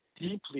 deeply